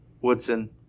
Woodson